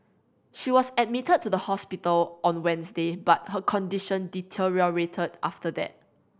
she was admitted to the hospital on Wednesday but her condition deteriorated after that